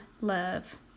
love